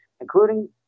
including